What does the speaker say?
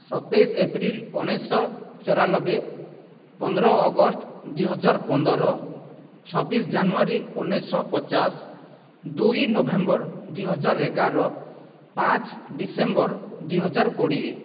ସତେଇଶି ଏପ୍ରିଲ ଉଣେଇଶିଶହ ଚଉରାନବେ ପନ୍ଦର ଅଗଷ୍ଟ ଦୁଇହଜାର ପନ୍ଦର ଛବିଶ ଜାନୁଆରୀ ଉଣେଇଶିଶହ ପଚାଶ ଦୁଇ ନଭେମ୍ବର ଦୁଇହଜାର ଏଗାର ପାଞ୍ଚ ଡିସେମ୍ବର ଦୁଇହଜାର କୋଡ଼ିଏ